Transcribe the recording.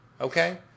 Okay